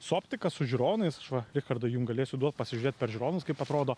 su optika su žiūronais aš va richardai jum galėsiu duot pasižiūrėt per žiūronus kaip atrodo